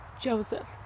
Joseph